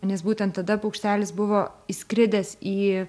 nes būtent tada paukštelis buvo įskridęs į